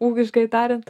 ūkiškai tariant